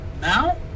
Now